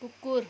कुकुर